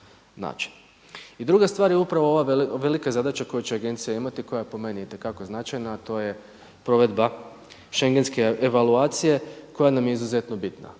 I druga stvar je upravo ova velika zadaća koju će agencija imati, koja je po meni itekako značajna a to je provedba šengenske evaluacije koja nam je izuzetno bitna.